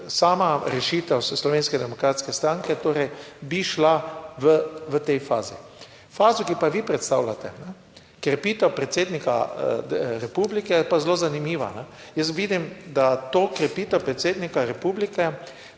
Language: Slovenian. sama rešitev Slovenske demokratske stranke torej bi šla v tej fazi. Fazo, ki pa jo vi predstavljate, krepitev predsednika republike, je pa zelo zanimiva. Jaz vidim, da to krepitev predsednika republike